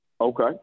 Okay